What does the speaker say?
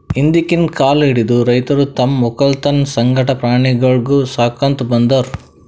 ಹಿಂದ್ಕಿನ್ ಕಾಲ್ ಹಿಡದು ರೈತರ್ ತಮ್ಮ್ ವಕ್ಕಲತನ್ ಸಂಗಟ ಪ್ರಾಣಿಗೊಳಿಗ್ ಸಾಕೋತ್ ಬಂದಾರ್